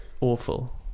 awful